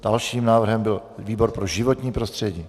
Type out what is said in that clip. Dalším návrhem byl výbor pro životní prostředí.